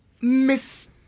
Miss